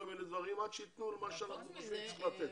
מיני דברים עד שייתנו לו מה שאנחנו חושבים שצריך לתת.